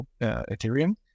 Ethereum